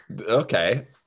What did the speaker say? okay